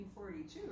1942